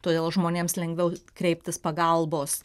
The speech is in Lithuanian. todėl žmonėms lengviau kreiptis pagalbos